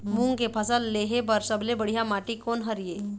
मूंग के फसल लेहे बर सबले बढ़िया माटी कोन हर ये?